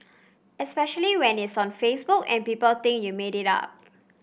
especially when it's on Facebook and people think you made it up